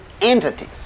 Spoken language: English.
entities